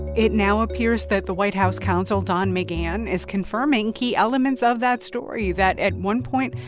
it now appears that the white house counsel, don mcgahn, is confirming key elements of that story that, at one point,